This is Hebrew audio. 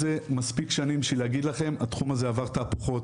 מספיק שנים בשביל להגיד לכם התחום הזה עבר תהפוכות